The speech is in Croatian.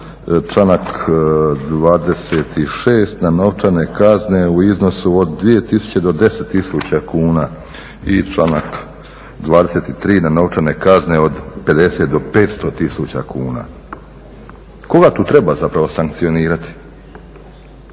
članak 26. na novčane kazne u iznosu od 2 tisuće do 10 tisuća kuna i članak 23. na novčane kazne od 50 do 500 tisuća kuna. Koga tu treba zapravo sankcionirati?